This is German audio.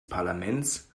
parlaments